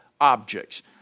objects